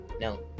no